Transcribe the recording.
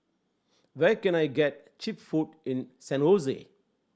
where can I get cheap food in San Jose